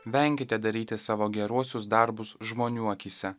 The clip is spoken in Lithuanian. venkite daryti savo geruosius darbus žmonių akyse